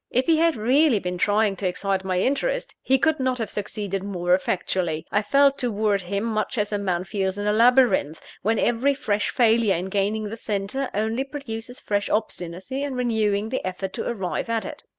if he had really been trying to excite my interest, he could not have succeeded more effectually. i felt towards him much as a man feels in a labyrinth, when every fresh failure in gaining the centre, only produces fresh obstinacy in renewing the effort to arrive at it.